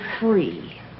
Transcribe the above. free